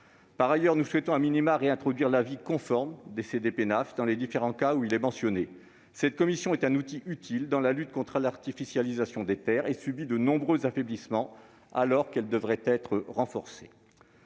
Par ailleurs, nous souhaitons,, réintroduire l'avis conforme des CDPENAF dans les différents cas où il est mentionné. Cette commission est un outil utile dans la lutte contre l'artificialisation des terres et subit de nombreux affaiblissements alors qu'elle devrait être renforcée.